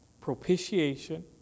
propitiation